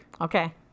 Okay